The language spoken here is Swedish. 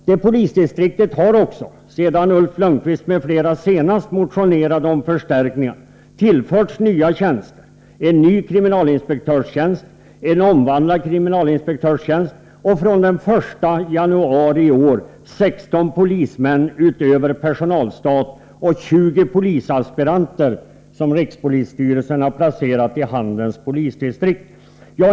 Det polisdistriktet har också, sedan Ulf Lönnqvist m.fl. senast motionerade om förstärkningar, tillförts nya tjänster: en ny kriminalinspektörstjänst, en omvandlad kriminalinspektörstjänst och — fr.o.m. den 1 januari i år — 16 polismän utöver personalstat och 20 polisaspiranter, som rikspolisstyrelsen har placerat i Handens polisdistrikt.